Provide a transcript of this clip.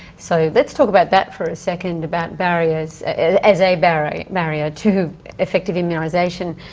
so let's talk about that for a second about barriers as a barrier barrier to effective immunisation.